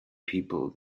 people